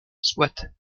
soit